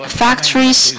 factories